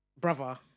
brother